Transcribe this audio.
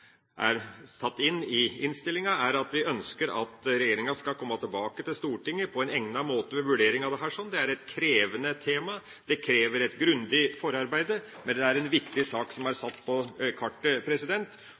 er tatt inn i innstillinga, er at vi ønsker at regjeringa skal komme tilbake til Stortinget på en egnet måte med ei vurdering av dette. Det er et krevende tema. Det krever et grundig forarbeid. Men det er en viktig sak som er